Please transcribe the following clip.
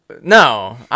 No